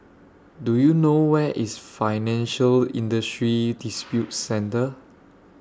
Do YOU know Where IS Financial Industry Disputes Center